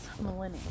millennials